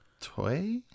Toy